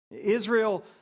Israel